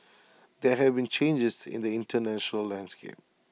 there have been changes in the International landscape